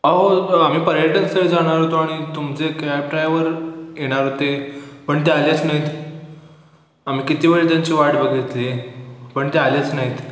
अहो आम्ही पर्यटन स्थळी जाणार होतो आणि तुमचे कॅब ड्रायवर येणार होते पण ते आलेच नाहीत आम्ही किती वेळ त्यांची वाट बघितली पण ते आलेच नाहीत